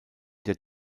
der